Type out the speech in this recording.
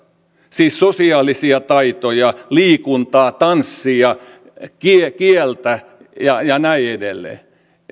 siis sosiaalisia taitoja liikuntaa tanssia kieltä kieltä ja ja näin edelleen